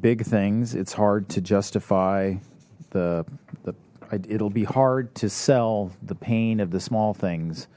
big things it's hard to justify the it'll be hard to sell the pain of the small things